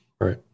Right